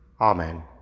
Amen